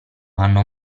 hanno